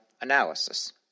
analysis